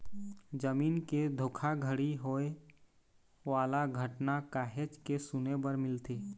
जमीन के धोखाघड़ी होए वाला घटना काहेच के सुने बर मिलथे